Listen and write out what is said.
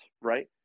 right